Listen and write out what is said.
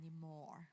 anymore